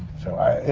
so i. it.